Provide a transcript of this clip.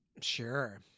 Sure